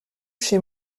chez